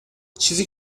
چیزی